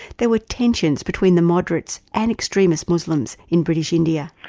there were tensions between the moderates and extremist muslims in british india.